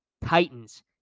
titans